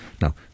now